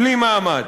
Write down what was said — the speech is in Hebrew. בלי מעמד.